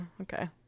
okay